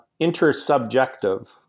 intersubjective